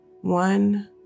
one